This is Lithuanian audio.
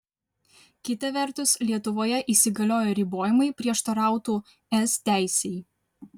kita vertus lietuvoje įsigalioję ribojimai prieštarautų es teisei